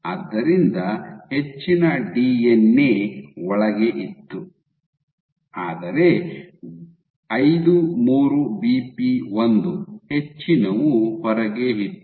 ಆದ್ದರಿಂದ ಹೆಚ್ಚಿನ ಡಿಎನ್ಎ ಒಳಗೆ ಇತ್ತು ಆದರೆ 53 ಬಿಪಿ 1 ಹೆಚ್ಚಿನವು ಹೊರಗೆ ಇತ್ತು